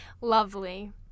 Lovely